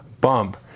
bump